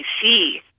see